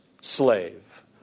slave